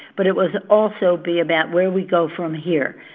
but it was also be about where we go from here.